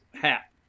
hat